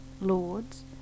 lords